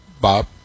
Bob